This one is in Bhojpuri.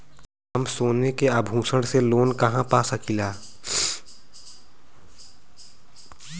हम सोने के आभूषण से लोन कहा पा सकीला?